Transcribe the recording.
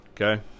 okay